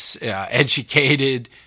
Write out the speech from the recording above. educated